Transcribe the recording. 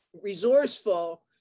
resourceful